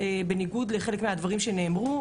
בניגוד לחלק מהדברים שנאמרו,